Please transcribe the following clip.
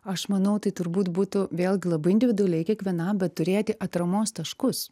aš manau tai turbūt būtų vėlgi labai individualiai kiekvienam bet turėti atramos taškus